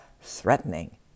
threatening